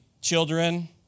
children